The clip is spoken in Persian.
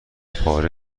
پاره